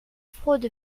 fraude